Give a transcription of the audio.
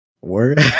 word